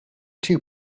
two